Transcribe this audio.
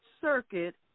circuit